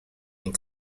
and